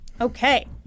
Okay